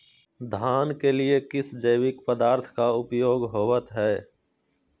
धान के लिए किस जैविक पदार्थ का उपयोग होवत है?